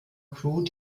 crew